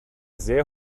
sehr